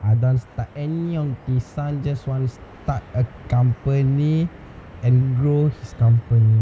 அதான்:athaan the any on the sun just wants to start a company and grow his company